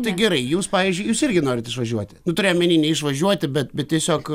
tai gerai jūs pavyzdžiui jūs irgi norit išvažiuoti nu turiu omeny neišvažiuoti bet bet tiesiog